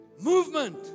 Movement